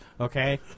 okay